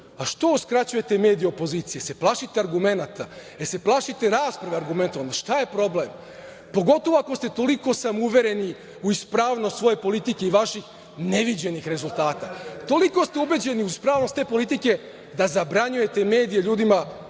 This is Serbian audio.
a što uskraćujete medije opoziciji? Da li se plašite argumenata? Da li se plašite rasprave arugumentovane? Šta je problem, pogotovo ako ste toliko samouvereni u ispravnost svoje politike i vaših neviđenih rezultata? Toliko ste ubeđeni u ispravnost te politike, da zabranjujete medije ljudima